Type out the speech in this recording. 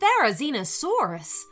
Therizinosaurus